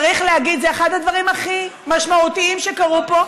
צריך להגיד, זה אחד הדברים הכי משמעותיים שקרו פה.